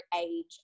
age